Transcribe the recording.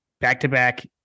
back-to-back